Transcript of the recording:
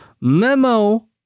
memo